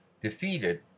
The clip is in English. defeated